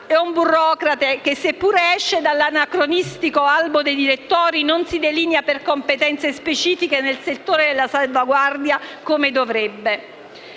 è un burocrate che, se pure esce dall'anacronistico albo dei direttori, non si delinea per competenze specifiche nel settore della salvaguardia, come dovrebbe.